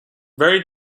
very